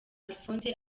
alphonse